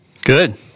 Good